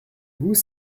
vous